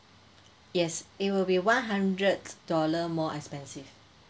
yes it'll be one hundred dollar more expensive